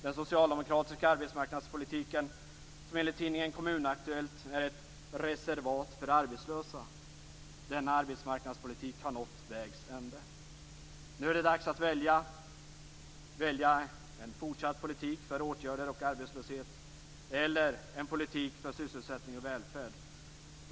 Den socialdemokratiska arbetsmarknadspolitiken, som enligt tidningen Kommun-Aktuellt är "ett reservat för arbetslösa", har nått vägs ände. Nu är det dags att välja, att välja en fortsatt politik för åtgärder och arbetslöshet eller en politik för sysselsättning och välfärd.